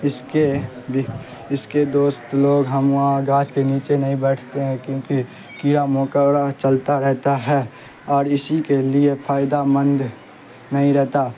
اس کے اس کے دوست لوگ ہم وہاں گاچھ کے نیچے نہیں بیٹھتے ہیں کیونکہ کیڑا مکوڑا چلتا رہتا ہے اور اسی کے لیے فائدہ مند نہیں رہتا